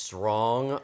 Strong